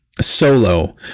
solo